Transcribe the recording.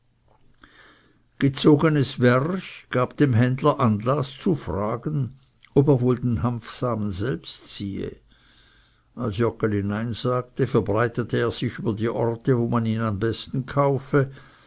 gezogenes werch gab dem händler anlaß zu fragen ob er wohl den hanfsamen selbst ziehe als joggeli nein sagte verbreitete er sich über die orte wo man ihn am besten kaufe